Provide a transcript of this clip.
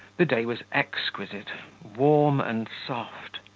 the day was exquisite warm and soft.